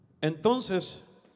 Entonces